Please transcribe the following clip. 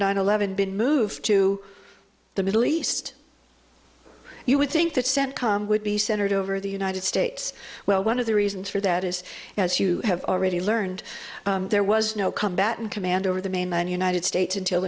nine eleven been moved to the middle east you would think that centcom would be centered over the united states well one of the reasons for that is as you have already learned there was no combat command over the mainland united states until